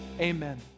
Amen